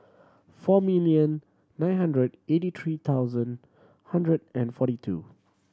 four million nine hundred eighty three thousand hundred and forty two